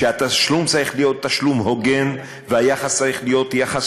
שהתשלום צריך להיות תשלום הוגן והיחס צריך להיות יחס